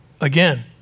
Again